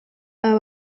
aba